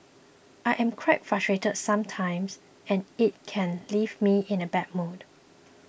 I am quite frustrated sometimes and it can leave me in a bad mood